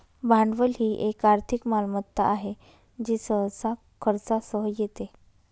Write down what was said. भांडवल ही एक आर्थिक मालमत्ता आहे जी सहसा खर्चासह येते